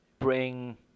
bring